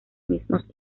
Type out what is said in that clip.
mismos